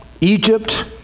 Egypt